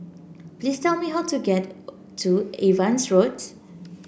please tell me how to get to Evans Road